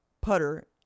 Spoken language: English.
putter